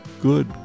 good